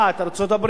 אתה מוכר דירה,